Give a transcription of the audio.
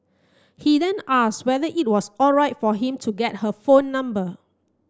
he then asked whether it was alright for him to get her phone number